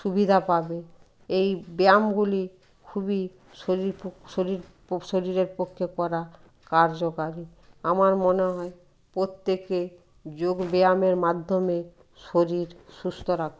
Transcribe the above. সুবিধা পাবে এই ব্যায়ামগুলি খুবই শরীর পো শরীর পো শরীরের পক্ষে করা কার্যকারী আমার মনে হয় প্রত্যেকে যোগ ব্যায়ামের মাধ্যমে শরীর সুস্থ রাখুন